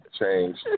changed